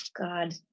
God